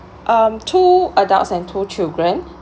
um two adults and two children